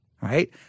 right